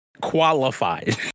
Qualified